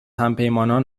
همپیمانان